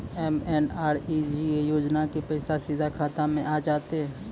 MNREGA योजना के पैसा सीधा खाता मे आ जाते?